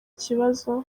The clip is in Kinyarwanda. kibazo